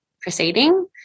proceeding